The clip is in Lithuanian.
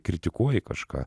kritikuoji kažką